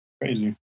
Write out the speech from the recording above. crazy